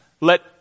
let